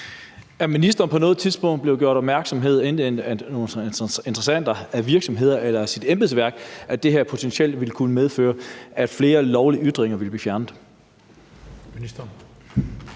Er ministeren på noget tidspunkt af nogle interessenter, af virksomheder eller af sit embedsværk blevet gjort opmærksom på, at det her potentielt ville kunne medføre, at flere lovlige ytringer ville blive fjernet?